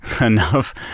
enough